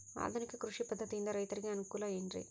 ಆಧುನಿಕ ಕೃಷಿ ಪದ್ಧತಿಯಿಂದ ರೈತರಿಗೆ ಅನುಕೂಲ ಏನ್ರಿ?